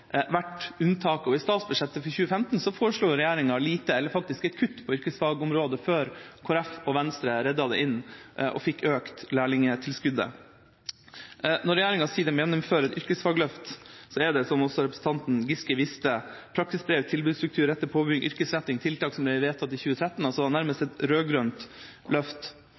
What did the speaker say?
og i statsbudsjettet for 2015 foreslo regjeringa lite – eller faktisk et kutt – på yrkesfagområdet, før Kristelig Folkeparti og Venstre reddet det inn og fikk økt lærlingtilskuddet. Når regjeringa sier at de gjennomfører et yrkesfagløft, er det, som også representanten Giske viste, praksisbrev, tilbudsstruktur, rett til påbygging, yrkesretting – tiltak som ble vedtatt i 2013, altså nærmest et rød-grønt løft.